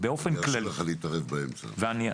באופן כללי,